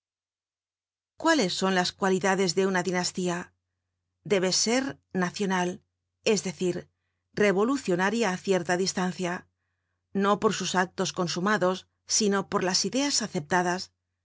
cuáles son las cualidades de una dinastía debe ser nacional es decir revolucionaria á cierta distancia no por sus actos consumados sino por la ideas aceptadas